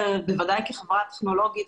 בוודאי כחברה טכנולוגית,